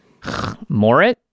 Morit